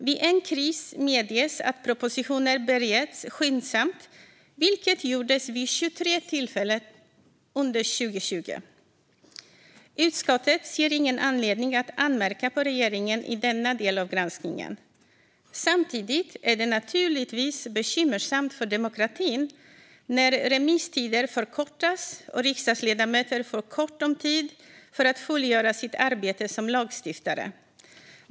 Vid en kris medges att propositioner bereds skyndsamt, vilket gjordes vid 23 tillfällen under 2020. Utskottet ser ingen anledning att anmärka på regeringen i denna del av granskningen. Samtidigt är det naturligtvis bekymmersamt för demokratin när remisstider förkortas och riksdagsledamöter får kort om tid för att fullgöra sitt arbete som lagstiftare.